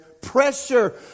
Pressure